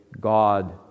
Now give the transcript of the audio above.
God